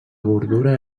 bordura